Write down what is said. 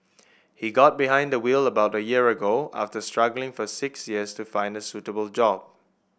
he got behind the wheel about a year ago after struggling for six years to find a suitable job